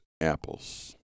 apples